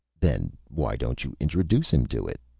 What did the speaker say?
then why don't you introduce him to it?